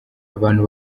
abantu